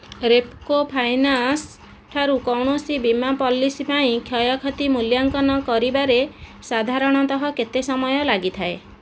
Repco finance ଠାରୁ କୌଣସି ବୀମା ପଲିସି ପାଇଁ କ୍ଷୟକ୍ଷତି ମୂଲ୍ୟାଙ୍କନ କରିବାରେ ସାଧାରଣତଃ କେତେ ସମୟ ଲାଗିଥାଏ